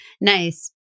Nice